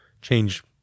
change